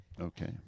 Okay